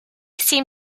seem